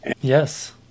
Yes